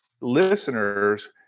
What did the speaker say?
listeners